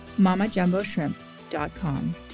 MamaJumboShrimp.com